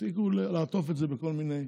שיפסיקו לעטוף את זה בכל מיני